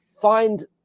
Find